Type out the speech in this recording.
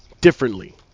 differently